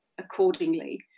accordingly